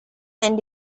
and